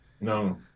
No